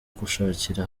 gushakira